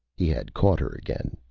he had caught her again,